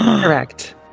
Correct